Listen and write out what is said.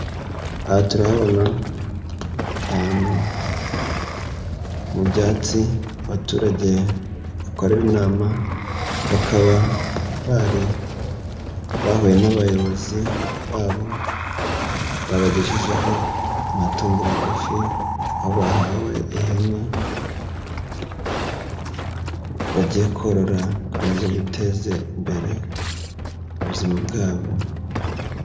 Aha turahabona ahantu mu byatsi, abaturage bakorera inama, bakaba bari bahuye n'abayobozi babo babagejejeho amatungo magufi, aho bahawe ihene, bagiye korora kugira ngo biteze imbere, ubuzima bwabo.